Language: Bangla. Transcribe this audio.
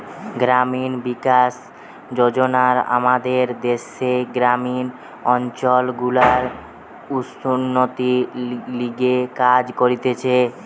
গ্রামীণ বিকাশ মন্ত্রণালয় আমাদের দ্যাশের গ্রামীণ অঞ্চল গুলার উন্নতির লিগে কাজ করতিছে